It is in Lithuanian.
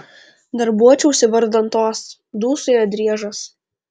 darbuočiausi vardan tos dūsauja driežas